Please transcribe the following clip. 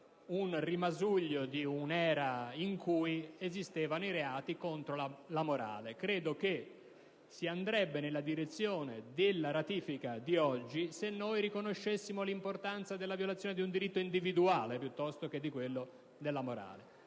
un rimasuglio di un'era in cui esistevano i reati contro la morale. Credo che si andrebbe nella direzione della ratifica di oggi se riconoscessimo l'importanza della violazione di un diritto individuale piuttosto che della morale.